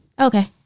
Okay